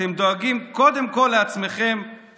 אתם דואגים קודם כול לעצמכם.